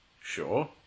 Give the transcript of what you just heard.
Sure